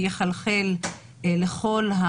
יחלחל לכל,